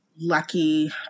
lucky